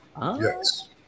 yes